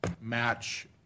match